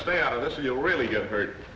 stay out of this you really get hurt